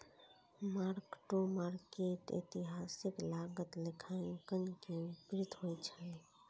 mark to market एतिहासिक लागत लेखांकन के विपरीत होइ छै